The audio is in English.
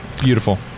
beautiful